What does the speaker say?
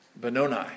Benoni